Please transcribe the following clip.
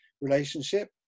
relationship